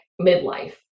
midlife